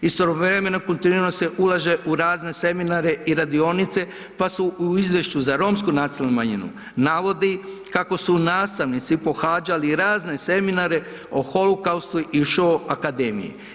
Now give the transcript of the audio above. Istovremeno kontinuirano se ulaže u razne seminare i radionice, pa se u izvješću za romsku nacionalnu manjinu navodi kako su nastavnici pohađali razne seminare o holokaustu i šou akademiji.